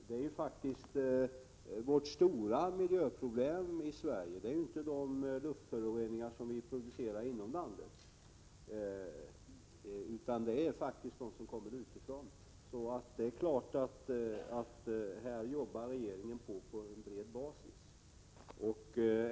Detta är faktiskt vårt stora miljöproblem i Sverige — inte de luftföroreningar som vi producerar inom landet. Det är klart att regeringen arbetar på bred basis.